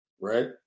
Right